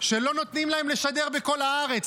שלא נותנים להן לשדר בכל הארץ,